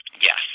Yes